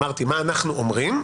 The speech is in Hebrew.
אמרתי מה אנחנו אומרים,